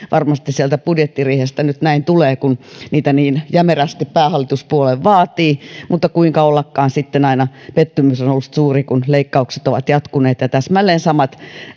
varmasti sieltä budjettiriihestä näin tulee kun niitä niin jämerästi päähallituspuolue vaatii mutta kuinka ollakaan sitten aina pettymys on ollut suuri kun leikkaukset ovat jatkuneet ja täsmälleen samat